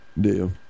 deal